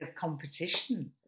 competition